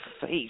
face